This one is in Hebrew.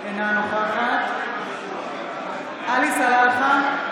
אינה נוכחת עלי סלאלחה,